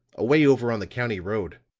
away over on the county road.